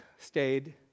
Stayed